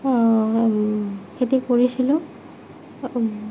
খেতি কৰিছিলোঁ